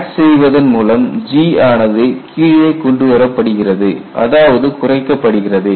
batch செய்வதன் மூலம் G ஆனது கீழே கொண்டு வரப்படுகிறது அதாவது குறைக்கப்படுகிறது